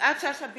יפעת שאשא ביטון,